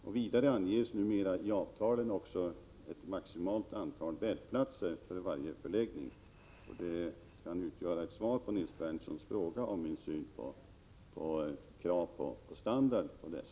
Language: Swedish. Vidare anges numera i avtalen det maximala antalet bäddplatser i varje förläggning. Detta kan utgöra ett svar på Nils Berndtsons fråga om min syn på standardkraven.